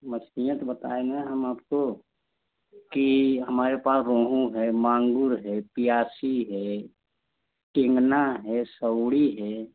मछलियाँ तो बताएँ ना हम आपको कि हमारे पास रोहू है मांगूर है पियासी है कींगना है सौड़ी है